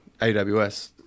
AWS